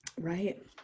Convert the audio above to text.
Right